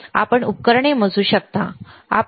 आपण उपकरणे मोजू शकता